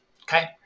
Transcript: okay